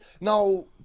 Now